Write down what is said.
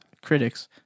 critics